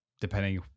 depending